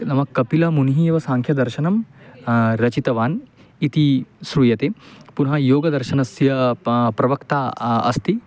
नाम कपिलमुनिः एव साङ्ख्यदर्शनं रचितवान् इति श्रूयते पुनः योगदर्शनस्य प प्रवक्ता अस्ति